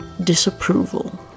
disapproval